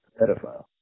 Pedophile